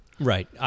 Right